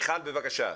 מיכל, בבקשה.